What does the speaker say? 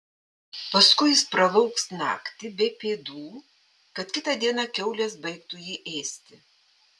paskui jis pralauks naktį be pėdų kad kitą dieną kiaulės baigtų jį ėsti